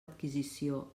adquisició